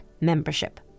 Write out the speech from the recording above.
membership